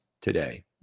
today